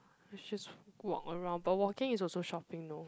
let's just walk around but walking is also shopping though